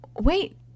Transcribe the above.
wait